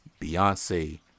Beyonce